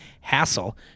HASSLE